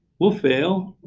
we'll fail.